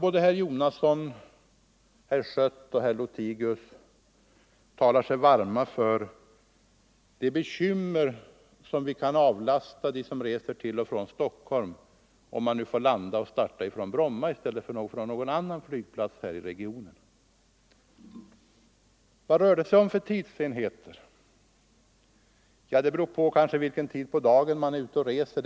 Herr Jonasson, herr Schött och herr Lothigius talar sig varma för de bekymmer som kan avlastas dem som reser till och från Stockholm, om man får starta och landa på Bromma i stället för någon annan flygplats här i regionen. Vad rör det sig om för tidsenheter? Det beror delvis på vilken tid på dagen man är ute och reser.